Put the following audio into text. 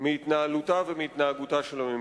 מהתנהלותה ומהתנהגותה של הממשלה.